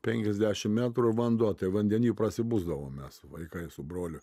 penkiasdešim metrų vanduo vandeny prasibusdavom mes vaikai su broliu